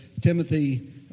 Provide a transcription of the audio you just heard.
Timothy